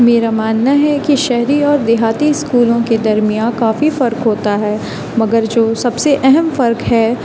میرا ماننا ہے کہ شہری اور دیہاتی اسکولوں کے درمیان کافی فرق ہوتا ہے مگر جو سب سے اہم فرق ہے